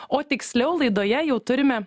o tiksliau laidoje jau turime